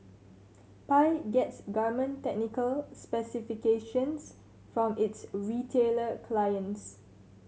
Pi gets garment technical specifications from its retailer clients